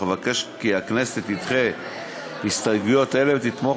אך אבקש כי הכנסת תדחה הסתייגויות אלה ותתמוך